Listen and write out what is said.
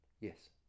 Yes